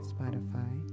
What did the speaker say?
Spotify